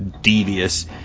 devious